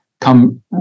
come